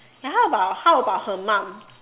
ya how about how about her mum